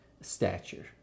stature